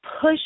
push